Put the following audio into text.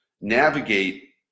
navigate